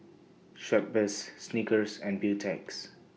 Schweppes Snickers and Beautex